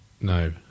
no